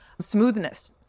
smoothness